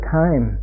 time